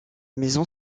maison